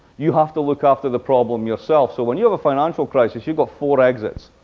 you have to look after the problem yourself. so when you have a financial crisis, you've got four exists.